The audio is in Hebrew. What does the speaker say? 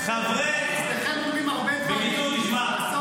ונראה גם מה תעשו שם.